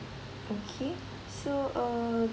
okay so uh